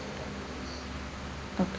okay